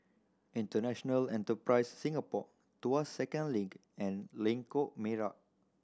International Enterprise Singapore Tuas Second Link and Lengkok Merak